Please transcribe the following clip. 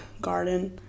Garden